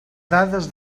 dades